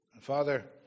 Father